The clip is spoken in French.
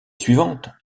suivante